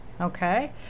Okay